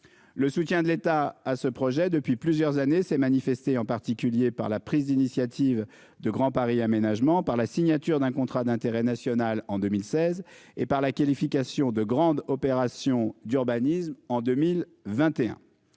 Le soutien de l'État à ce projet depuis plusieurs années, s'est manifestée en particulier par la prise d'initiative de Grand Paris Aménagement par la signature d'un contrat d'intérêt national en 2016 et par la qualification de grandes opérations d'urbanisme en 2021.